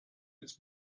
its